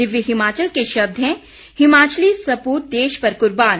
दिव्य हिमाचल के शब्द हैं हिमाचली सपूत देश पर कुर्बान